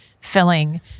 filling